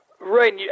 Right